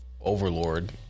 overlord